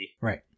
Right